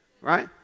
Right